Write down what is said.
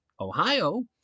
Ohio